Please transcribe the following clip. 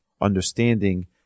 understanding